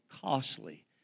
costly